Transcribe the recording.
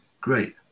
Great